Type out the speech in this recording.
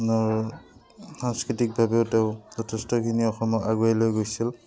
নৰ সাংস্কৃতিকভাবেও তেওঁ যথেষ্টখিনি অসমক আগুৱাই লৈ গৈছিল